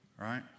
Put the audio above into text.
right